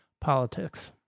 politics